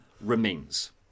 remains